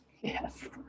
Yes